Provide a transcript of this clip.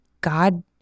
God